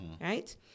right